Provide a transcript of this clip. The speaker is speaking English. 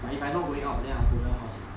but if I not going out then I go back house